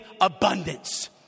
abundance